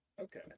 okay